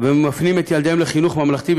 ומפנים את ילדיהם לחינוך ממלכתי,